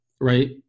right